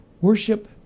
worship